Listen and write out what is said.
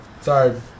Sorry